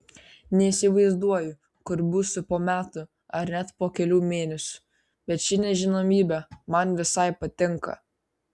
neįsivaizduoju kur būsiu po metų ar net po kelių mėnesių bet ši nežinomybė man visai patinka